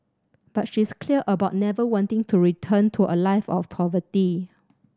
but she's clear about never wanting to return to a life of poverty